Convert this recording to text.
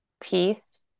peace